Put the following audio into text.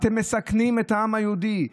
אתם מסכנים את העם היהודי.